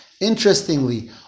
Interestingly